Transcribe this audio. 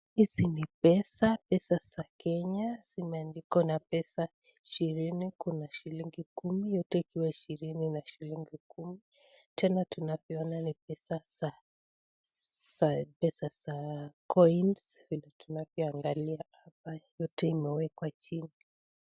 Hizi ni pesa, pesa za Kenya zikona pesa ishirini kuna shilingi kumi, yote ikiwa shilingi ishirini na kumi tena tunaona ni pesa za coins vile tunavyoangalia hapa yote imewekwa chini.